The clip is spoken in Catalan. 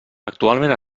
actualment